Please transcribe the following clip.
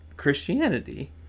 christianity